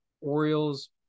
Orioles